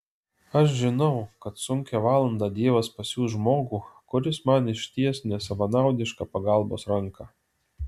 aš žinau kad sunkią valandą dievas pasiųs žmogų kuris man išties nesavanaudišką pagalbos ranką